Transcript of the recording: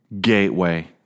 gateway